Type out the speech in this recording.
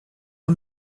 moi